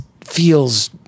feels